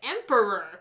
Emperor